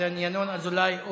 ינון אזולאי.